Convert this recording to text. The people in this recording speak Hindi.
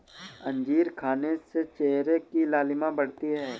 अंजीर खाने से चेहरे की लालिमा बढ़ती है